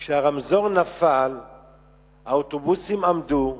שכשהרמזור נפל האוטובוסים עמדו.